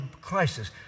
crisis